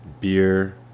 Beer